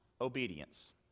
obedience